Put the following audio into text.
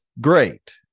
great